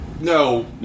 no